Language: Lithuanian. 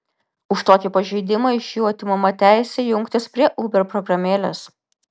už tokį pažeidimą iš jų atimama teisė jungtis prie uber programėlės